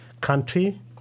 country